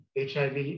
HIV